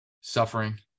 suffering